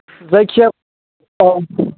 जायखिया औ